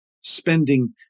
spending